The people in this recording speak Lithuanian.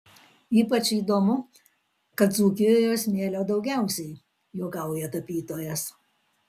ypač įdomu kad dzūkijoje smėlio daugiausiai juokauja tapytojas